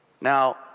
Now